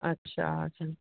अच्छा अच्छा